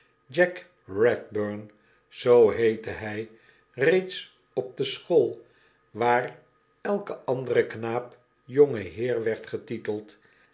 jack eedburn zoo heette hy reeds op de school waar elke andere knaap jongeheer werd getiteld